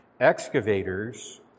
excavators